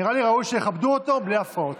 נראה לי שראוי שתכבדו אותו בלי הפרעות.